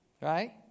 right